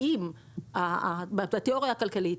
לפי התיאוריה הכלכלית,